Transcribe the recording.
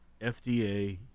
FDA